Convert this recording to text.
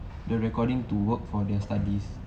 the recording to work for their studies